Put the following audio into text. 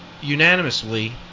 unanimously